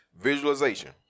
visualization